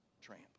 tramp